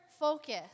focus